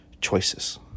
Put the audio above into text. choices